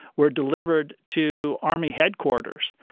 were delivered to army headquarters.